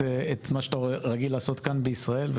שאתה רגיל לעשות כאן בישראל,